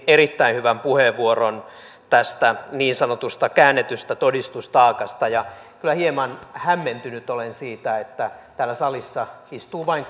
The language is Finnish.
erittäin hyvän puheenvuoron tästä niin sanotusta käännetystä todistustaakasta kyllä hieman hämmentynyt olen siitä että täällä salissa istuu vain